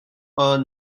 her